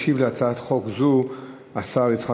ישיב להצעת חוק זו השר יצחק